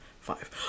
five